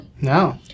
No